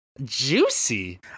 Juicy